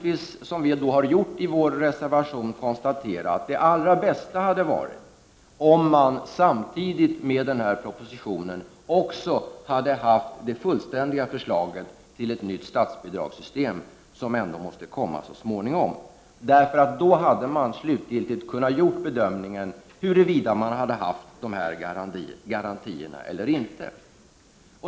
Vi har då i vår reservation konstaterat att det allra bästa hade varit om det samtidigt med denna proposition också hade kommit ett fullständigt förslag till ett nytt statsbidragssystem, som ändå måste komma så småningom. Då hade man slutgiltigt kunnat göra bedömningen av huruvida dessa garantier hade funnits eller inte.